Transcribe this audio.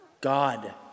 God